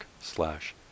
slash